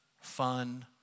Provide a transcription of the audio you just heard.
fun